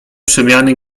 przemiany